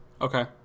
Okay